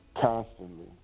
constantly